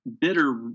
bitter